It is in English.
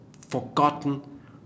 forgotten